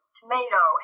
tomato